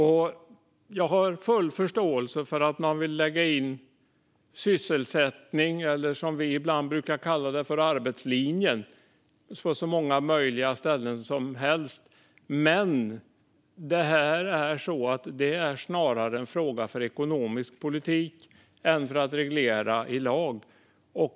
Jag har full förståelse för att man vill lägga in sysselsättning eller, som vi ibland brukar kalla det, arbetslinjen på så många ställen som möjligt. Detta är dock snarare en fråga för ekonomisk politik än något att reglera i lag.